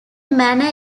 manor